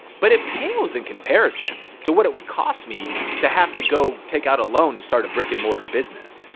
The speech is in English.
but it pales in comparison to what it would cost me to have to go take out a loan to start a brick and mortar business.